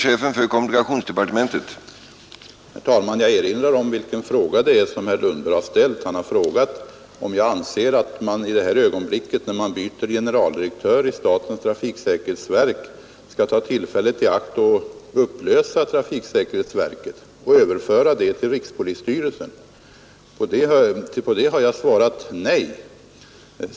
Herr talman! Jag erinrar om vilken fråga det är som herr Lundberg har ställt. Han har frågat om jag anser att man i det här ögonblicket, när man byter generaldirektör i statens trafiksäkerhetsverk, skall ta tillfället i akt att upplösa trafiksäkerhetsverket och överföra det till rikspolisstyrelsen. På den frågan har jag svarat nej.